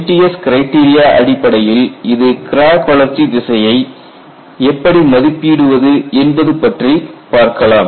MTS criteria அடிப்படையில் crack வளர்ச்சி திசையை எப்படி மதிப்பிடுவது என்பது பற்றி பார்க்கலாம்